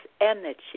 energy